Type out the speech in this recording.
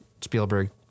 Spielberg